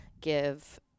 give